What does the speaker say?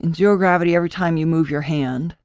in zero gravity, every time you move your hand